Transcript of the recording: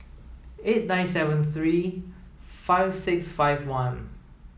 eight nine seven three five six five one